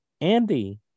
Andy